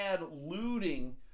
looting